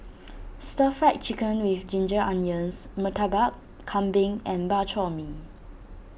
Stir Fried Chicken with Ginger Onions Murtabak Kambing and Bak Chor Mee